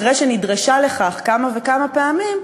אחרי שנדרשה לכך כמה וכמה פעמים,